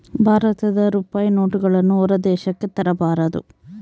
ಭಾರತದ ರೂಪಾಯಿ ನೋಟುಗಳನ್ನು ಹೊರ ದೇಶಕ್ಕೆ ತರಬಾರದು